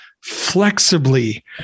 flexibly